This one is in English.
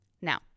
Now